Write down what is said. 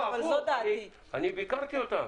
אני ביקרתי אותם.